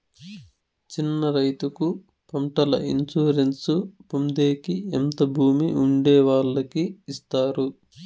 చిన్న రైతుకు పంటల ఇన్సూరెన్సు పొందేకి ఎంత భూమి ఉండే వాళ్ళకి ఇస్తారు?